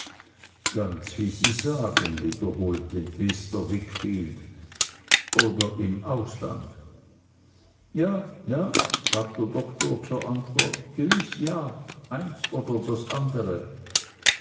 ganz wie sie sagen wiederholte mr wickfield oder im ausland ja ja gab der doktor zur antwort gewiß ja eins oder das andere